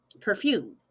perfume